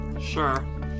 Sure